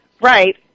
Right